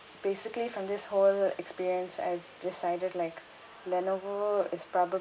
basically from this whole experience I've decided like Lenovo is probably